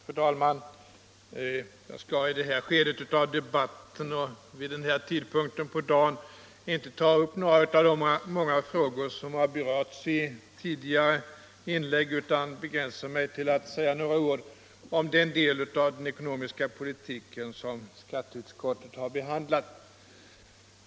Fru talman! Jag skall i det här skedet av debatten och vid den här tidpunkten på dagen inte ta upp några av de många frågor som har berörts i tidigare inlägg utan begränsa mig till att säga några ord om den del av den ekonomiska politiken som skatteutskottet har behandlat.